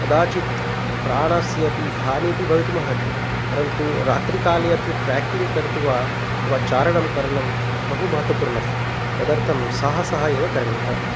कदाचित् प्राणस्य अपि हानिः अपि भवितुमर्हति परन्तु रात्रिकाले अपि ट्राकिङ्ग् कृत्वा अथवा चारणं करणं बहु महत्त्वपूर्णं तदर्थं सहसा एव करणीया